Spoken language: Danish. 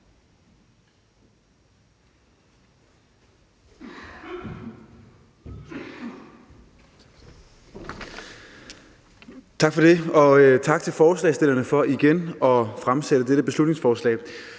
Tak for det. Og tak til forslagsstillerne for igen at fremsætte dette beslutningsforslag.